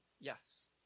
Yes